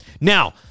Now